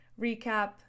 recap